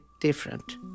different